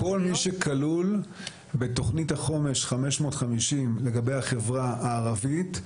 כל מי שכלול בתוכנית החומש 550 לגבי החברה הערבית.